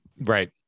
Right